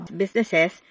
businesses